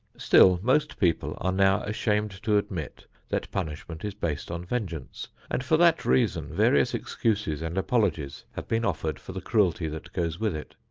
still, most people are now ashamed to admit that punishment is based on vengeance and, for that reason, various excuses and apologies have been offered for the cruelty that goes with it.